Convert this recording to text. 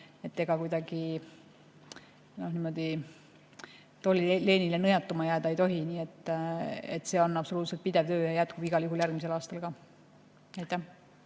kuidagi toolileenile nõjatuma jääda ei tohi. See on absoluutselt pidev töö ja jätkub igal juhul järgmisel aastal ka.